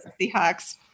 Seahawks